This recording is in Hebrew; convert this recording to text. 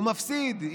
הוא מפסיד,